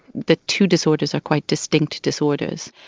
the two disorders are quite distinct disorders.